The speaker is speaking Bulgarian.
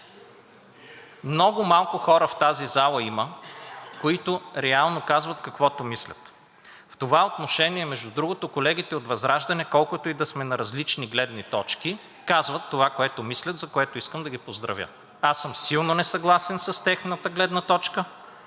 Много малко хора има в тази зала, които реално казват каквото мислят. В това отношение, между другото, с колегите от ВЪЗРАЖДАНЕ, колкото и да сме на различни гледни точки, казват това, което мислят, за което искам да ги поздравя. Аз съм силно несъгласен с тяхната гледна точка,